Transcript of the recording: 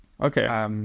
Okay